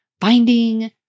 finding